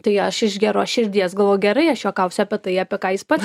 tai aš iš geros širdies galvoju gerai aš juokausiu apie tai apie ką jis pats